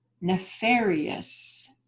nefarious